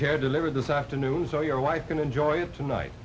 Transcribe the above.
care delivered this afternoon so your wife can enjoy it tonight